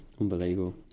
Unbelievable